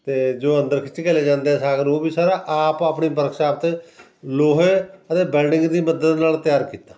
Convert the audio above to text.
ਅਤੇ ਜੋ ਅੰਦਰ ਖਿੱਚ ਕੇ ਲੈ ਜਾਂਦੇ ਸਾਗ ਨੂੰ ਉਹ ਵੀ ਸਾਰਾ ਆਪ ਆਪਣੀ ਵਰਕਸ਼ਾਪ 'ਤੇ ਲੋਹੇ ਅਤੇ ਬੈਲਡਿੰਗ ਦੀ ਮਦਦ ਨਾਲ ਤਿਆਰ ਕੀਤਾ